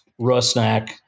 Rusnak